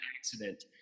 accident